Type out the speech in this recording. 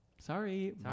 Sorry